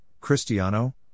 Cristiano